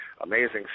amazing